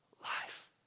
life